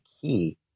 key